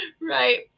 right